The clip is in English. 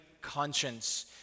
conscience